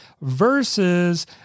versus